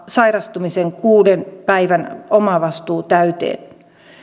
sairastumisen kuuden päivän omavastuu täyteen